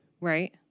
Right